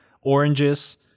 oranges